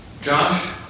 Josh